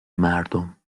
مردم